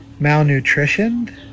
malnutritioned